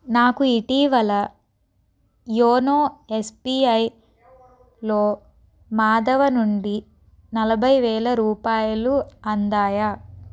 నాకు ఇటీవల యోనో ఎస్బీఐలో మాధవ నుండి నలభై వేల రూపాయలు అందాయా